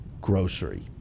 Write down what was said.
grocery